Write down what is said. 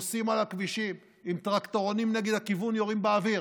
נוסעים על הכבישים עם טרקטורונים נגד הכיוון ויורים באוויר,